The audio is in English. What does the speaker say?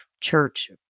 church